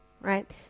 right